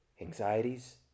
Anxieties